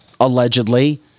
allegedly